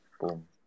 boom